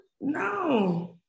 No